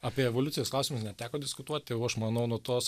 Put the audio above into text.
apie evoliucijos klausimus neteko diskutuot tai jau aš manau nuo tos